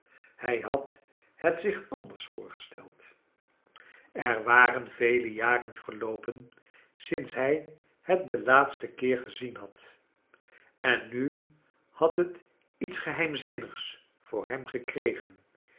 hij had het zich anders voorgesteld kleine dorrit er waren vele jaren verloopen sinds hij het den laatsten keer gezien had en nu had het lets geheimzinnigs voor hem gekregen